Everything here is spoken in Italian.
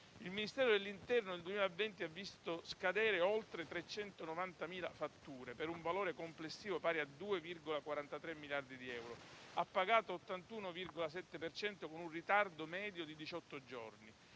Il Ministero dell'interno nel 2020 ha visto scadere oltre 390.000 fatture, per un valore complessivo pari a 2,43 miliardi di euro e ha pagato l'81,7 per cento con un ritardo medio di diciotto